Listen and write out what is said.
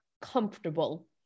comfortable